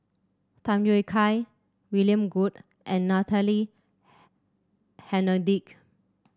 Tham Yui Kai William Goode and Natalie Hennedige